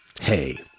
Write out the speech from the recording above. Hey